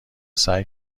سعی